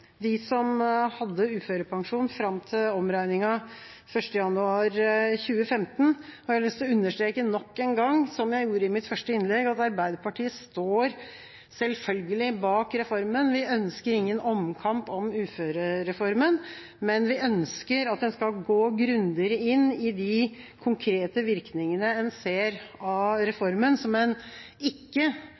de som hadde uførepensjon fram til omregninga 1. januar 2015, har jeg lyst til å understreke nok en gang, som jeg gjorde i mitt første innlegg, at Arbeiderpartiet selvfølgelig står bak reformen. Vi ønsker ingen omkamp om uførereformen, men vi ønsker at en skal gå grundigere inn i de konkrete virkningene en ser av reformen, som en ikke